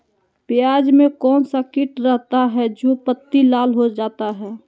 प्याज में कौन सा किट रहता है? जो पत्ती लाल हो जाता हैं